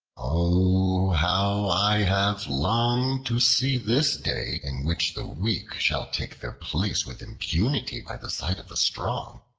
oh, how i have longed to see this day, in which the weak shall take their place with impunity by the side of the strong.